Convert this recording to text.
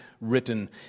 written